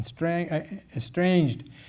estranged